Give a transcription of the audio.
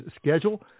schedule